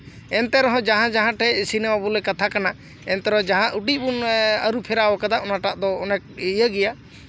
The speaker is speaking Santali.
ᱮᱱᱛᱮ ᱨᱮᱦᱚᱸ ᱡᱟᱦᱟᱸ ᱡᱟᱦᱟᱸ ᱴᱷᱮᱡ ᱥᱤᱱᱮᱢᱟ ᱵᱚᱞᱮ ᱠᱟᱛᱷᱟ ᱠᱟᱱᱟ ᱮᱱᱛᱮ ᱨᱮᱦᱚᱸ ᱡᱟᱦᱟᱸ ᱩᱰᱤᱡ ᱵᱚᱱ ᱟᱹᱨᱩ ᱯᱷᱮᱨᱟᱣ ᱠᱟᱫᱟ ᱚᱱᱟ ᱴᱟᱜ ᱫᱚ ᱚᱱᱮᱠ ᱤᱭᱟᱹ ᱜᱮᱭᱟ